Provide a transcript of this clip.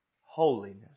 holiness